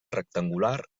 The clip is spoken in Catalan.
rectangular